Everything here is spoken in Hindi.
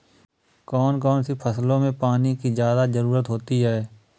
कौन कौन सी फसलों में पानी की ज्यादा ज़रुरत होती है?